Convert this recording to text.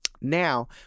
Now